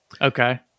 Okay